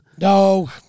No